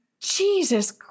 Jesus